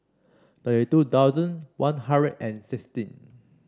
thirty two thousand One Hundred and sixteen